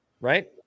right